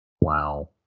Wow